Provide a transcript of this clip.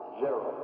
zero